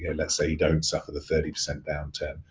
yeah let's say you don't suffer the thirty percent downturn,